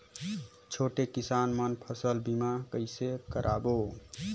छोटे किसान मन फसल बीमा कइसे कराबो?